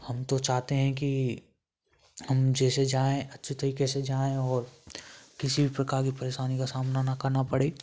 हम तो चाहते हैं की हम जैसे जाएँ अच्छे तरीके से जाएँ और किसी भी प्रकार की परेशानी का सामना न करना पड़े